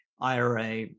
IRA